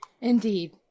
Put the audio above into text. indeed